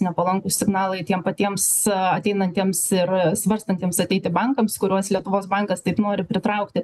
nepalankūs signalai tiem patiems ateinantiems ir svarstantiems ateiti bankams kuriuos lietuvos bankas taip nori pritraukti